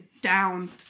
down